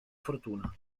fortuna